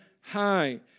high